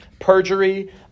perjury